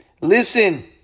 Listen